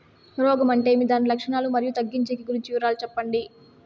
రోగం అంటే ఏమి దాని లక్షణాలు, మరియు తగ్గించేకి గురించి వివరాలు సెప్పండి?